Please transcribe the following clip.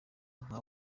nka